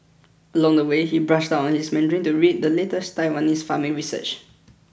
along the way he brushed up on his Mandarin to read the latest Taiwanese farming research